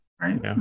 right